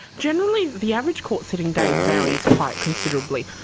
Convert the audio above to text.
generally the average court sitting day varies quite considerably.